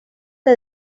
que